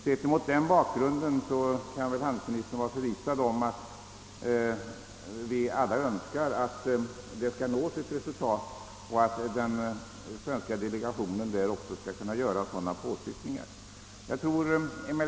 Sett mot den bakgrunden kan handelsministern vara förvissad om att vi alla önskar uppnå ett resultat: vi hoppas att den svenska delegationen skall kunna göra sådana påtryckningar att resultat uppnås.